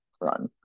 run